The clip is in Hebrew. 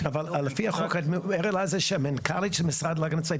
-- אבל לפי החוק זה של מנכ"לית של המשרד להגנת הסביבה,